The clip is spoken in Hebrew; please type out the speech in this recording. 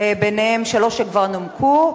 ביניהן שלוש שכבר נומקו,